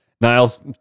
niles